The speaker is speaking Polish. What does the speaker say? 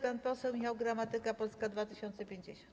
Pan poseł Michał Gramatyka, Polska 2050.